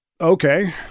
Okay